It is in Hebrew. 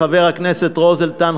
חבר הכנסת רוזנטל,